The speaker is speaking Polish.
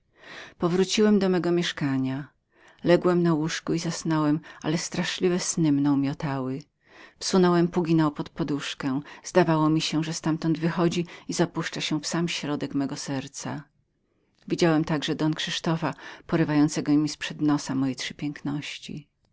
powróciłem do mego mieszkania ległem na łóżko i zasnąłem ale straszliwe sny mną miotały wsunąłem był puginał pod poduszkę i zdawało mi się że ztamtąd wychodził i zapuszczał się w sam środek mego serca widziałem także don krzysztofa porywającego mi z przed nosa moje trzy piękności